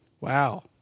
Wow